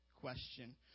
question